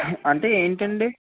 అంటే ఏంటండీ